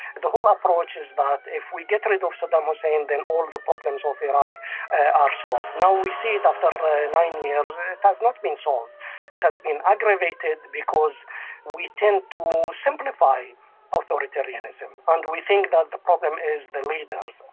the whole approach is that if we get rid of saddam hussein then all the problems of iraq are solved. now we see it after nine years it it has not been solved it has been aggravated, because we tend to simplify authoritarianism and we think that the problem is the leaders.